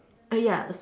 oh ya